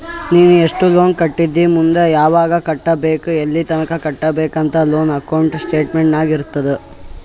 ನೀ ಎಸ್ಟ್ ಲೋನ್ ಕಟ್ಟಿದಿ ಮುಂದ್ ಯಾವಗ್ ಕಟ್ಟಬೇಕ್ ಎಲ್ಲಿತನ ಕಟ್ಟಬೇಕ ಅಂತ್ ಲೋನ್ ಅಕೌಂಟ್ ಸ್ಟೇಟ್ಮೆಂಟ್ ನಾಗ್ ಇರ್ತುದ್